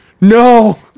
no